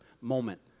moment